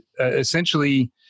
essentially